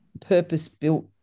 purpose-built